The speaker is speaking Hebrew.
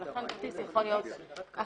ולכן "כרטיס" יכול להיות אפליקציה,